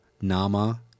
Nama